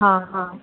ہاں ہاں